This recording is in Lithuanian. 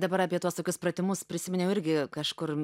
dabar apie tuos tokius pratimus prisiminiau irgi kažkur